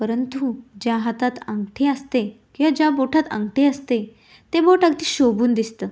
परंतु ज्या हातात अंगठी असते किंवा ज्या बोठात अंगठी असते ते बोट अगदी शोभून दिसतं